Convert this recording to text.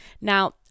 Now